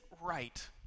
right